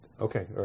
Okay